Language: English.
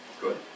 Good